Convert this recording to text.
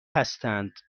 هستند